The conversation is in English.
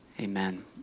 amen